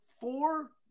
four